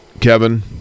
Kevin